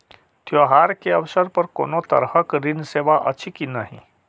त्योहार के अवसर पर कोनो तरहक ऋण सेवा अछि कि नहिं?